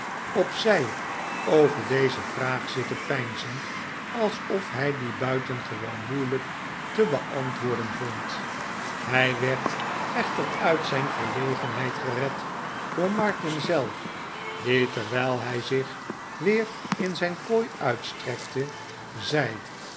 op zij over deze vraag zitten peinzen alsof hij die buitengewoon moeilijk te beantwoorden vond hij werd echter uit zijn verlegenheid gered door martin zelf die terwijl hij zich weer in zijn kooi uitstrekte zei